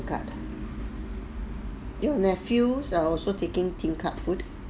tingkat you nephews are also taking tingkat food